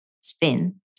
spin